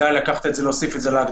כדאי לקחת את זה ולהוסיף את זה להגדרה.